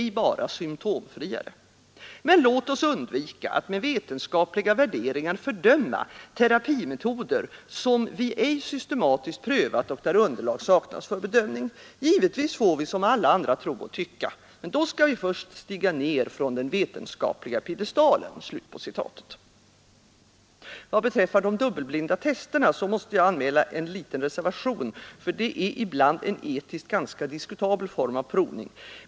ej bara symtomfriare) — men låt oss undvika att med vetenskapliga värderingar fördöma terapimetoder som vi ej systematiskt prövat och där underlag saknas för bedömning. Givetvis får vi som alla andra tro och tycka men då skall vi först kliva ner från den vetenskapliga piedestalen.” Vad beträffar de dubbelblinda testerna måste jag anmäla en liten reservation, för sådana är ibland en etiskt ganska diskutabel form av provning.